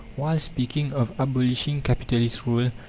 while speaking of abolishing capitalist rule,